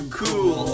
cool